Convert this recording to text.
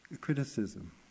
criticism